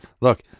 look